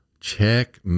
Check